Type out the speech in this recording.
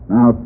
Now